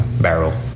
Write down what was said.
barrel